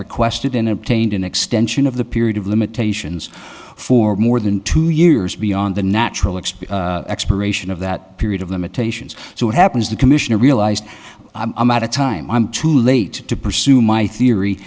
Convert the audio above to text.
requested in obtained an extension of the period of limitations for more than two years beyond the natural express aeration of that period of limitations so what happens the commissioner realised i'm out of time i'm too late to pursue my theory